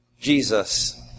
Jesus